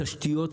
בתשתיות,